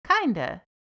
Kinda